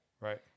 Right